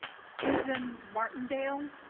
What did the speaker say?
suzanne martindale?